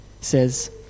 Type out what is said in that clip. says